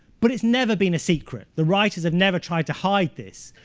but it's never been a secret. the writers have never tried to hide this.